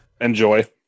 enjoy